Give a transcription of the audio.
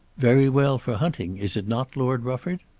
very well for hunting is it not, lord rufford?